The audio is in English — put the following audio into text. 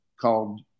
called